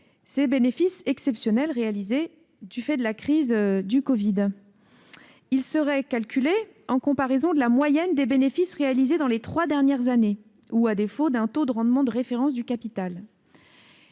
Ces bénéfices exceptionnels seraient calculés en comparaison de la moyenne des bénéfices réalisés dans les trois dernières années ou, à défaut, d'un taux de rendement de référence du capital.